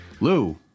Lou